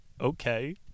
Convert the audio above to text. okay